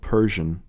Persian